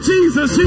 Jesus